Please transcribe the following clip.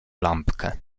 lampkę